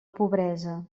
pobresa